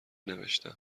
نوشتم